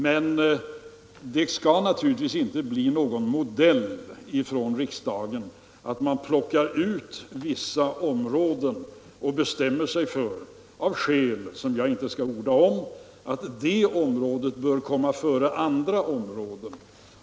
Men det skall inte bli någon modell för riksdagen att plocka ut vissa områden — av skäl som jag inte skall orda om — och bestämma sig för att det och det området bör komma före andra områden.